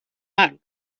not